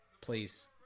Please